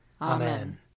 Amen